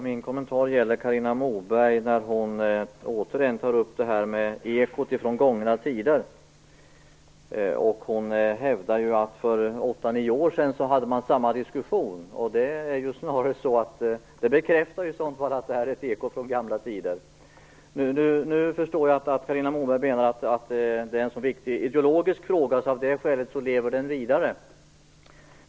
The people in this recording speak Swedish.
Fru talman! Carina Moberg tar återigen upp detta med ekot från gångna tider. Hon hävdar att för åtta nio år sedan fördes samma diskussion. Det bekräftar i så fall att detta bara är ett eko från gamla tider. Jag förstår att Carina Moberg menar att frågan ideologiskt är så viktig att den av det skälet lever vidare.